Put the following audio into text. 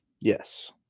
Yes